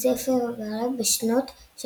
בספר ואלה שנות ...,